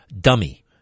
dummy